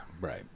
Right